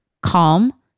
calm